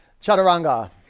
Chaturanga